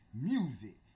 Music